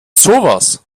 sowas